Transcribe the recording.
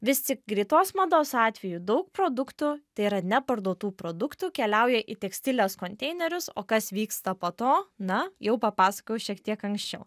vis tik greitos mados atveju daug produktų tai yra neparduotų produktų keliauja į tekstilės konteinerius o kas vyksta po to na jau papasakojau šiek tiek anksčiau